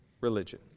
religion